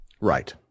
Right